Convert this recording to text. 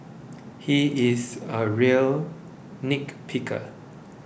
he is a real nitpicker